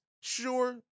sure